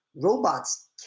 Robots